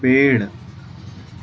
पेड़